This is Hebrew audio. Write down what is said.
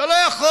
אתה לא יכול.